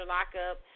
Lockup